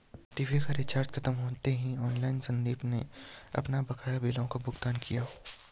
TV का recharge खत्म होते ही ऑनलाइन संदीप ने अपने बकाया बिलों का भुगतान किया